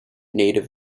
native